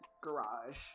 garage